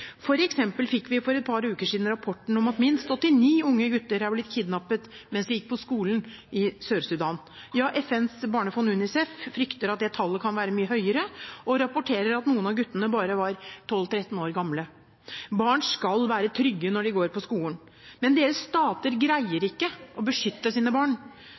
fikk vi for et par uker siden rapporten om at minst 89 unge gutter er blitt kidnappet mens de gikk på skole i Sør-Sudan. FNs barnefond, UNICEF, frykter at det tallet kan være mye høyere, og rapporterer at noen av guttene bare var 12–13 år gamle. Barn skal være trygge når de går på skolen. Men deres stater greier ikke å beskytte sine barn.